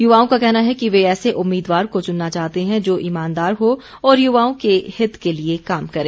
युवाओं का कहना है कि वे ऐसे उम्मीदवार को चुनना चाहते हैं जो ईमानदार हो और युवाओं के हित के लिए काम करें